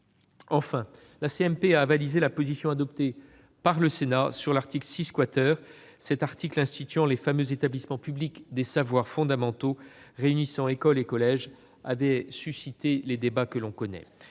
Enfin, la CMP a avalisé la position adoptée par le Sénat sur l'article 6. En instituant les fameux établissements publics des savoirs fondamentaux, destinés à réunir école et collège, cet article avait suscité les débats que l'on connaît.